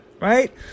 right